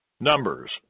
Numbers